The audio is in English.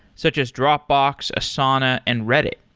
such as dropbox, asana and reddit.